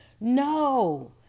no